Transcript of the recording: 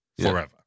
Forever